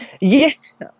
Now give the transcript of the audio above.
yes